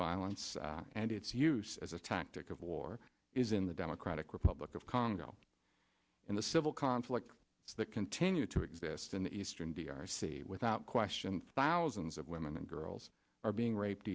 violence and its use as a tactic of war is in the democratic republic of congo in the civil conflict that continue to exist in the eastern v r c without question thousands of women and girls are being raped